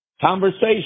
conversation